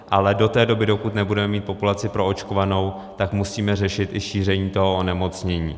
Ale do té doby, dokud nebudeme mít populaci proočkovanou, tak musíme řešit i šíření toho onemocnění.